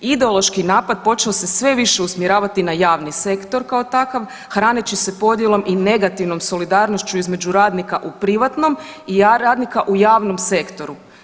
Ideološki napad počeo se sve više usmjeravati na javni sektor kao takav hraneći se podjelom i negativnom solidarnošću između radnika u privatnom i radnika u javnom sektoru.